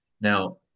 Now